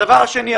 הדבר השני,